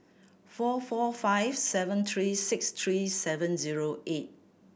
four four five seven three six three seven zero eight